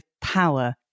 power